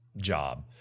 job